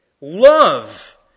love